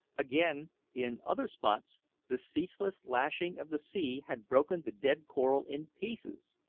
again, in other spots the ceaseless lashing of the sea had broken the dead coral in pieces,